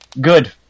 good